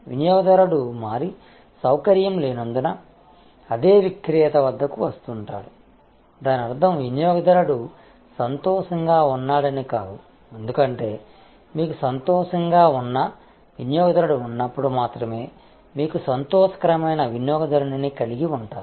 వినియోగదారుడు మారి సౌకర్యం లేనందున అదే విక్రేత వద్దకు వస్తుంటాడు దానర్థం వినియోగదారుడు సంతోషంగా ఉన్నాడని కాదు ఎందుకంటే మీకు సంతోషంగా ఉన్న వినియోగదారుడు ఉన్నప్పుడు మాత్రమే మీకు సంతోషకరమైన వినియోగదారునిని కలిగి ఉంటారు